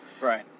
right